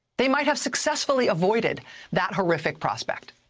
they might have successfully avoided that horrific prospect.